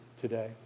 today